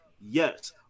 Yes